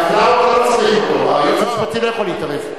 בעבר הוא לא צריך, היועץ המשפטי לא יכול להתערב.